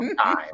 time